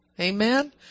Amen